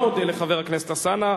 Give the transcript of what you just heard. אני לא מודה לחבר הכנסת אלסאנע,